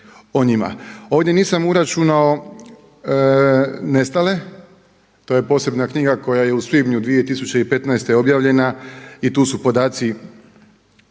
Ovdje nisam uračunao nestale, to je posebna knjiga koja je u svibnju 2015. objavljena i tu su podaci